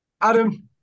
Adam